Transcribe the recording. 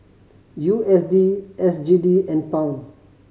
U S D S G D and Pound